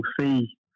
see